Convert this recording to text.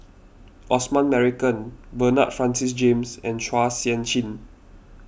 Osman Merican Bernard Francis James and Chua Sian Chin